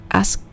ask